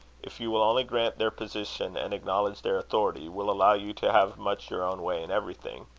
if you will only grant their position, and acknowledge their authority, will allow you to have much your own way in everything.